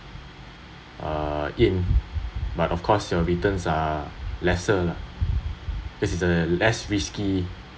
uh in but of course your returns are lesser lah cause is a less risky